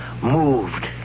moved